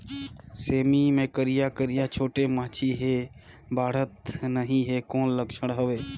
सेमी मे करिया करिया छोटे माछी हे बाढ़त नहीं हे कौन लक्षण हवय?